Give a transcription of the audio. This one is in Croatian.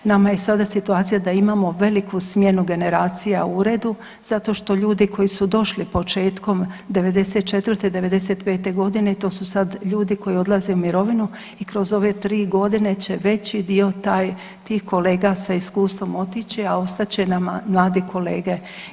Nama je sada situacija da imamo veliku smjenu generacija u uredu, zato što ljudi koji su došli početkom '94., '95. godine to su sad ljudi koji odlaze u mirovinu i kroz ove tri godine će ovaj veći dio tih kolega sa iskustvom otići, a ostat će nam mladi kolege.